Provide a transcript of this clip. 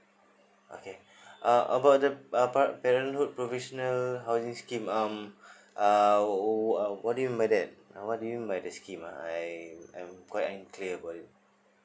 okay uh about the about parenthood provisional housing scheme um uh what do you mean by that what do you mean by the scheme ah I I'm quite ain't clear about it